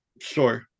Sure